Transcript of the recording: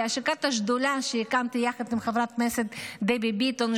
להשקת השדולה שהקמתי יחד עם חברת הכנסת דבי ביטון,